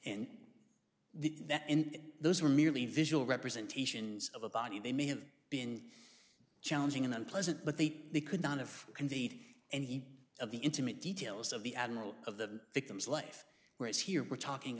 that and those were merely visual representations of a body they may have been challenging and unpleasant but the they could not have conveyed and even of the intimate details of the admiral of the victim's life whereas here we're talking